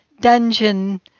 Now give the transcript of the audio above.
dungeon